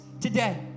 today